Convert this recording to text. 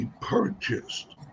purchased